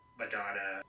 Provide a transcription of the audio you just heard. madonna